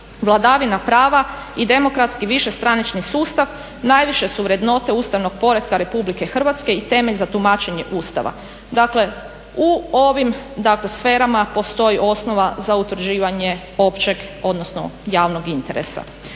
vladavina prava i demokratski višestranački sustav najviše su vrednote ustavnog poretka Republike Hrvatske i temelj za tumačenje Ustava.". Dakle, u ovim, dakle sferama postoji osnova za utvrđivanje općeg, odnosno javnog interesa.